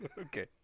Okay